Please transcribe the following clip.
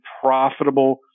profitable